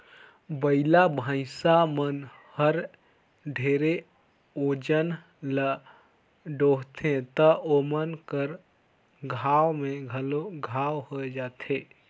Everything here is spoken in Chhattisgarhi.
बइला, भइसा मन हर ढेरे ओजन ल डोहथें त ओमन कर खांध में घलो घांव होये जाथे